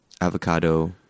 avocado